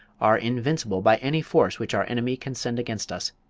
are invincible by any force which our enemy can send against us.